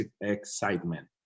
excitement